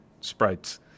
sprites